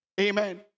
Amen